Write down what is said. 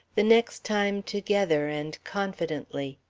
the next time together and confidently.